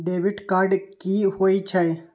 Debit card कि होई छै?